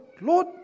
Lord